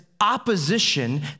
opposition